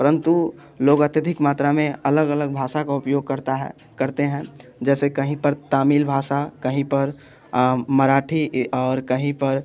परंतु लोग अत्यधिक मात्रा में अलग अलग भाषा का उपयोग करता है करते हैं जैसे कहीं पर तमिल भाषा कहीं पर मराठी और कहीं पर